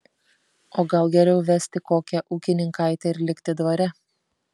o gal geriau vesti kokią ūkininkaitę ir likti dvare